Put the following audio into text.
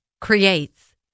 creates